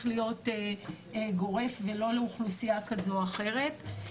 להיות גורף ולא לאוכלוסייה כזאת או אחרת.